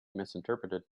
misinterpreted